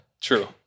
True